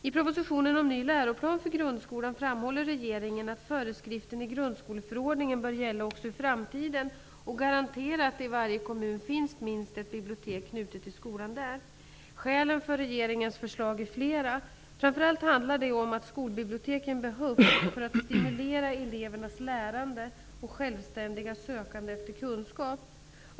I propositionen om ny läroplan för grundskolan framhåller regeringen att föreskriften i grundskoleförordningen bör gälla också i framtiden och garantera att det i varje kommun finns minst ett bibliotek knutet till skolan där. Skälen för regeringens förslag är flera. Framför allt handlar det om att skolbiblioteken behövs för att stimulera elevernas lärande och självständiga sökande efter kunskap.